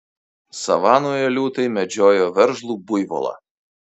savanoje liūtai medžiojo veržlų buivolą